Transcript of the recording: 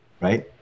right